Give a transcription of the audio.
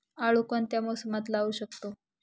आळू कोणत्या मोसमात लावू शकतो?